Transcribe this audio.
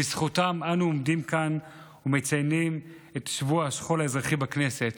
בזכותם אנו עומדים כאן ומציינים את שבוע השכול האזרחי בכנסת.